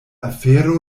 afero